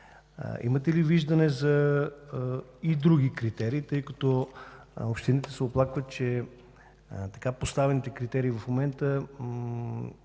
Имате ли виждане и за други критерии, тъй като общините се оплакват, че така поставените критерии в момента